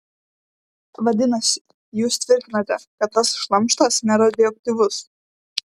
vadinasi jūs tvirtinate kad tas šlamštas neradioaktyvus